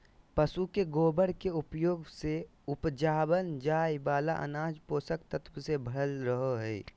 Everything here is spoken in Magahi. पशु के गोबर के उपयोग से उपजावल जाय वाला अनाज पोषक तत्वों से भरल रहो हय